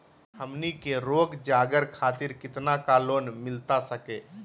हमनी के रोगजागर खातिर कितना का लोन मिलता सके?